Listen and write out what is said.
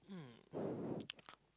hmm